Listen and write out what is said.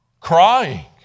crying